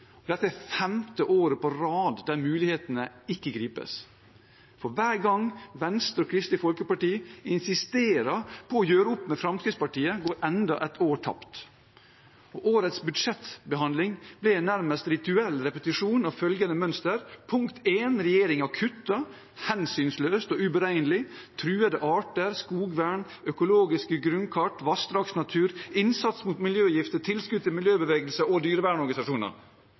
Dette er det femte året på rad der mulighetene ikke gripes. Hver gang Venstre og Kristelig Folkeparti insisterer på å gjøre opp med Fremskrittspartiet, går enda et år tapt, og årets budsjettbehandling ble nærmest en rituell repetisjon av følgende mønster: Regjeringen kutter, hensynsløst og uberegnelig, til truede arter, skogvern, økologiske grunnkart, vassdragsnatur, innsats mot miljøgifter, tilskudd til miljøbevegelse og dyrevernorganisasjoner